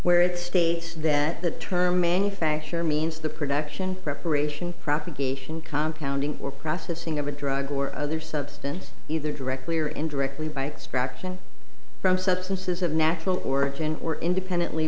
where it states that the term manufacturer means the production preparation propagation compound or processing of a drug or other substance either directly or indirectly by extraction from substances of natural origin or independently